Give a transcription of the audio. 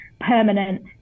permanent